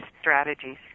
strategies